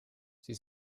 sie